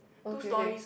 okay okay